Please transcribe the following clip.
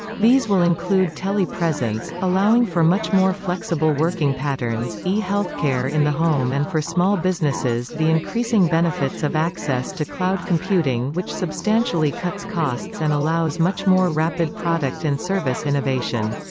these will include tele-presence, allowing for much more flexible working patterns, e-healthcare in the home and for small businesses the increasing benefits of access to cloud computing which substantially cuts costs and allows much more rapid product and service innovation.